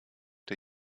der